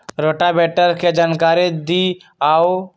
Rotavator के जानकारी दिआउ?